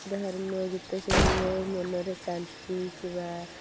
ଧାର୍ମିକ ଗୀତ ଶୁଣିଲେ ମନରେ ଶାନ୍ତି କିମ୍ବା